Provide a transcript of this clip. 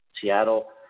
Seattle